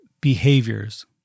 behaviors